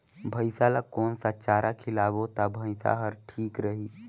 भैसा ला कोन सा चारा खिलाबो ता भैंसा हर ठीक रही?